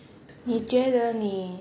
你觉得你